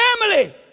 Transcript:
family